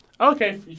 Okay